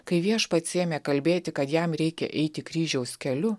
kai viešpats ėmė kalbėti kad jam reikia eiti kryžiaus keliu